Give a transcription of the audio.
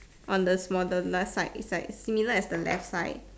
on the smaller left side is like similar as the left side